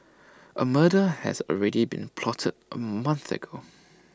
A murder has already been plotted A month ago